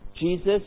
Jesus